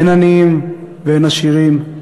אין עניים ואין עשירים,